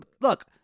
Look